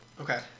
Okay